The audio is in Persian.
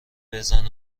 بزن